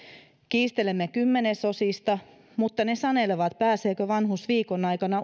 kiistelemme kymmenesosista mutta ne sanelevat pääseekö vanhus viikon aikana